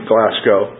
Glasgow